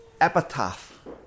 epitaph